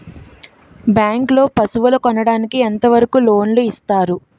Bank లో పశువుల కొనడానికి ఎంత వరకు లోన్ లు ఇస్తారు?